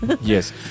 yes